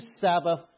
Sabbath